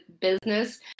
business